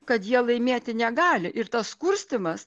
kad jie laimėti negali ir tas kurstymas